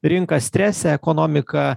rinka strese ekonomika